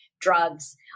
drugs